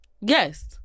Yes